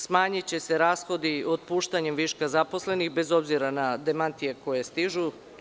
Smanjiće se rashodi otpuštanjem viška zaposlenih, bez obzira na demantije koji stižu.